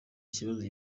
ikibazo